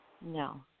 No